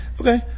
Okay